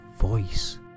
voice